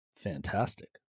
fantastic